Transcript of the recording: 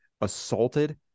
assaulted